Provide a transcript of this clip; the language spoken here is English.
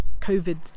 covid